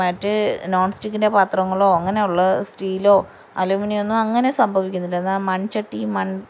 മറ്റേ നോൺസ്റ്റിക്കിന്റെ പാത്രങ്ങളൊ അങ്ങനുള്ള സ്റ്റീലോ അലൂമിനിയൊന്നും അങ്ങനെ സംഭവിക്കുന്നില്ല എന്നാൽ മൺച്ചട്ടി മൺ